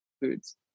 foods